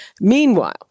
Meanwhile